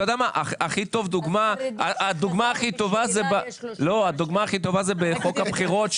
הדוגמה הכי טובה זה בחוק הבחירות,